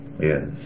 Yes